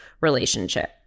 relationship